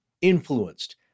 influenced